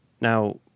Now